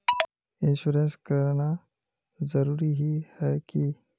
Insurance कराना जरूरी ही है की?